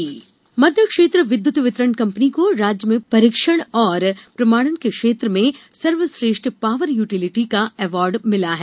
विद्युत मध्य क्षेत्र विद्युत वितरण कंपनी को राज्य में परीक्षण और प्रमाणन के क्षेत्र में सर्वश्रेष्ठ पावर यूटिलिटी का अवार्ड मिला है